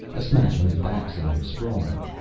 a smash on his back sent him sprawling.